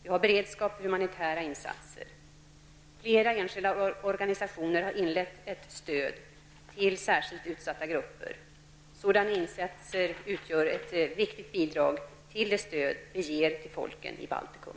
Vi har beredskap för humanitära insatser. Flera enskilda organisationer har inlett ett stöd till särskilt utsatta grupper. Sådana insatser utgör ett viktigt bidrag till det stöd vi ger till folken i Baltikum.